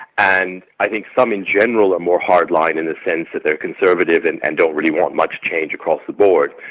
and i think some in general are more hardline in this sense that they're conservative and and don't really want much change across the board.